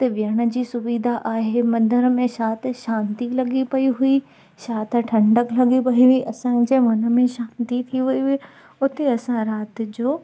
हुते वेहण जी सुवीधा आहे मंदर में छा त शांती लॻी पई हुई छा त ठंडक लॻी पई हुई असांजे मन में शांती थी वई हुई हुते असां राति जो